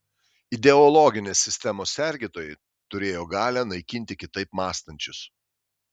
ideologinės sistemos sergėtojai turėjo galią naikinti kitaip mąstančius